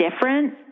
different